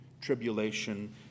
Tribulation